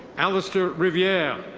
alister riviere.